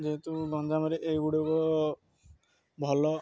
ଯେହେତୁ ଗଞ୍ଜାମରେ ଏଇଗୁଡ଼ିକ ଭଲ